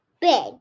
Big